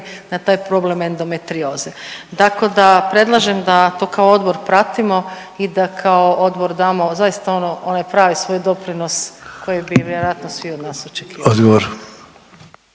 na taj problem endometrioze. Tako da predlažem da to kao odbor pratimo i da kao odbor damo zaista ono, onaj pravi svoj doprinos koji bi vjerojatno svi od nas očekivali.